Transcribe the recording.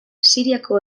siriako